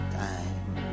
time